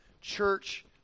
church